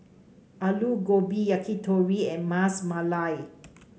Alu Gobi Yakitori and Ras Malai